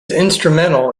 instrumental